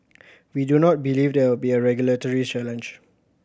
we do not believe there will be a regulatory challenge